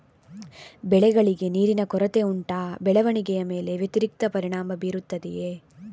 ಬೆಳೆಗಳಿಗೆ ನೀರಿನ ಕೊರತೆ ಉಂಟಾ ಬೆಳವಣಿಗೆಯ ಮೇಲೆ ವ್ಯತಿರಿಕ್ತ ಪರಿಣಾಮಬೀರುತ್ತದೆಯೇ?